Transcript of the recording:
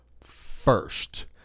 first